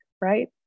right